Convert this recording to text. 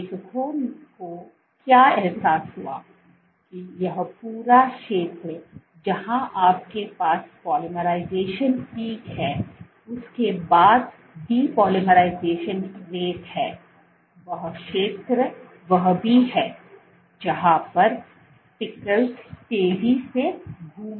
तो लेखकों को क्या एहसास हुआ यह पूरा क्षेत्र जहाँ आपके पास पॉलिमराइजेशन पीक है उसके बाद डिपॉलीमराइजेशन रेट है वह क्षेत्र वह भी है जहाँ पर स्पीकल्स तेजी से घूम रहे हैं